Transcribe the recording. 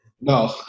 No